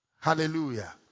Hallelujah